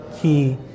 key